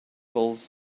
knuckles